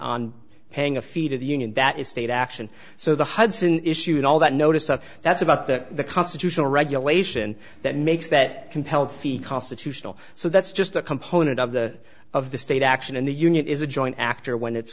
on paying a fee to the union that is state action so the hudson issue and all that notice of that's about that the constitutional regulation that makes that compelled constitutional so that's just a component of the of the state action and the union is a joint actor when it's